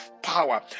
power